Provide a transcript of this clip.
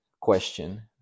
question